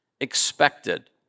expected